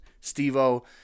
Steve-O